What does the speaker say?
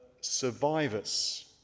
survivors